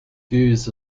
views